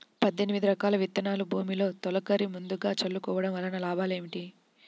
పద్దెనిమిది రకాల విత్తనాలు భూమిలో తొలకరి ముందుగా చల్లుకోవటం వలన లాభాలు ఏమిటి?